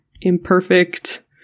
imperfect